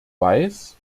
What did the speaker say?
weiß